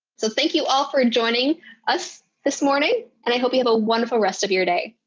so thank you all for and joining us this morning, and i hope you have a wonderful rest of your day.